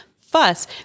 fuss